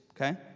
Okay